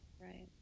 Right